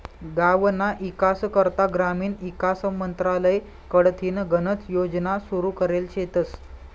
गावना ईकास करता ग्रामीण ईकास मंत्रालय कडथीन गनच योजना सुरू करेल शेतस